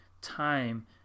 time